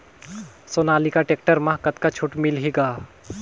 Sonalika tractor म कतका छूट मिलही ग?